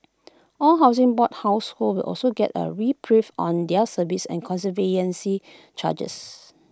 all Housing Board households will also get A reprieve on their service and conservancy charges